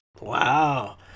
Wow